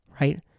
right